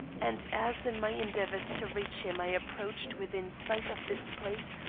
and as in my endeavors to reach him i approached within sight of this place,